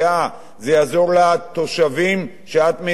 זה יעזור לתושבים שאת מייצגת.